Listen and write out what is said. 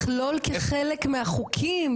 מכלול כחלק מהחוקים,